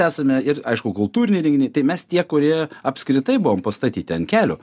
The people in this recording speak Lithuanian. esame ir aišku kultūriniai renginiai tai mes tie kurie apskritai buvom pastatyti ant kelių